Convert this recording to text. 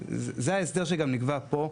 זה ההסדר שגם נקבע פה.